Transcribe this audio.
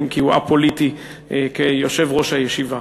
אם כי הוא א-פוליטי כיושב-ראש הישיבה.